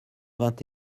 vingt